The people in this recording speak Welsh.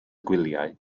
gwyliau